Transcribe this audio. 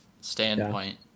standpoint